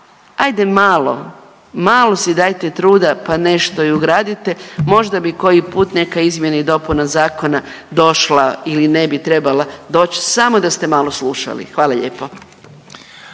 ajde malo, malo si dajte truda pa nešto i ugradite možda bi koji put neka izmjena i dopuna zakona došla ili ne bi trebala doć samo da ste malo slušali, hvala lijepo.